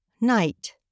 Night